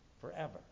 forever